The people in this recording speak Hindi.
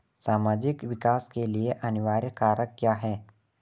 सामाजिक विकास के लिए अनिवार्य कारक क्या है?